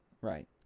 right